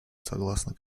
согласно